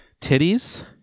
Titties